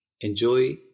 Enjoy